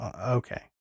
okay